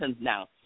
now